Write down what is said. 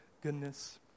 goodness